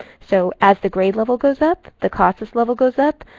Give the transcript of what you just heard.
so as the grade level goes up, the casas level goes up.